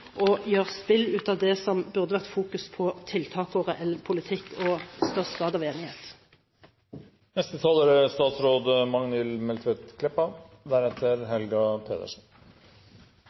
å gjøre et spill ut av det som det burde vært fokusert på: tiltak og reell politikk – og en størst